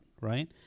right